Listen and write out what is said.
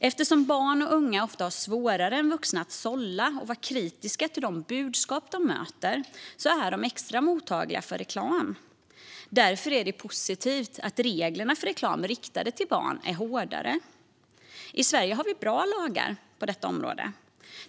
Eftersom barn och unga ofta har svårare än vuxna att sålla bland och vara kritiska till de budskap de möter är de extra mottagliga för reklam. Därför är det positivt att reglerna för reklam riktad till barn är hårdare. I Sverige har vi bra lagar på detta område.